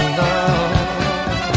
love